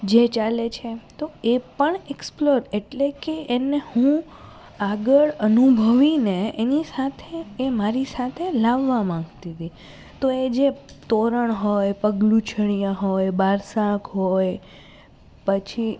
જે ચાલે છે તો એ પણ એક્સપ્લોર એટલે કે એને હું આગળ અનુભવીને એની સાથે એ મારી સાથે લાવવા માંગતી તી તો એ જે તોરણ હોય પગ લૂંછણિયા હોય બારશાખ હોય પછી